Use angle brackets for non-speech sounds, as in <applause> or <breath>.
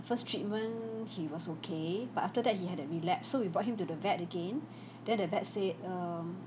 first treatment he was okay but after that he had a relapse so we brought him to the vet again <breath> then the vet say um